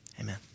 Amen